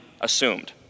assumed